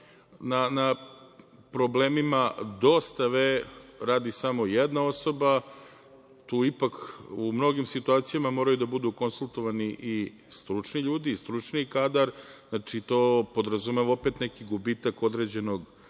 na problemima dostave radi samo jedna osoba. Tu ipak u mnogim situacijama moraju da budu konsultovani i stručni ljudi i stručni kadar, znači, to podrazumeva opet neki gubitak određenog